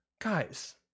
Guys